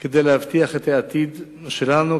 כדי להבטיח את העתיד שלנו,